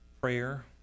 prayer